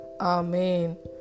Amen